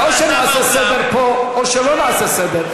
או שנעשה סדר פה או שלא נעשה סדר.